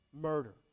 murder